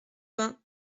vingt